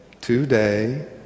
today